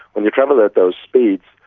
when you travel at those speeds,